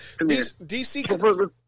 DC